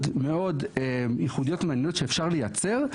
מאוד ייחודיות ומעניינות שאפשר לייצר,